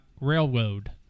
railroad-